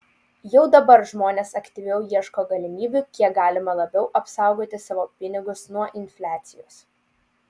jau dabar žmonės aktyviau ieško galimybių kiek galima labiau apsaugoti savo pinigus nuo infliacijos